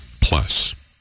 plus